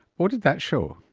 what did that show?